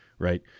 right